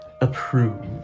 approve